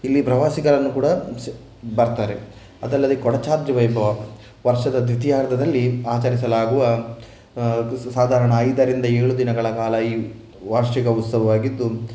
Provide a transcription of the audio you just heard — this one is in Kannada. ಇಲ್ಲಿ ಪ್ರವಾಸಿಗರನ್ನು ಕೂಡ ಬರ್ತಾರೆ ಅದಲ್ಲದೆ ಕೊಡಚಾದ್ರಿ ವೈಭವ ವರ್ಷದ ದ್ವಿತೀಯಾರ್ಧದಲ್ಲಿ ಆಚರಿಸಲಾಗುವ ಸಾಧಾರಣ ಐದರಿಂದ ಏಳು ದಿನಗಳ ಕಾಲ ಈ ವಾರ್ಷಿಕ ಉತ್ಸವವಾಗಿದ್ದು